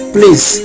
Please